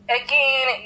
again